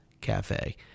Cafe